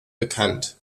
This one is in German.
bekannt